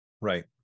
right